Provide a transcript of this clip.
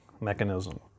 mechanism